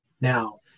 Now